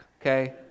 okay